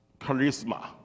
charisma